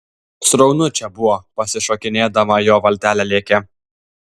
sraunu čia buvo pasišokinėdama jo valtelė lėkė